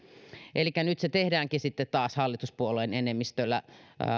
elikkä nyt se tehdäänkin sitten taas hallituspuolueen enemmistöllä